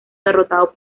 derrotado